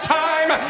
time